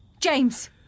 James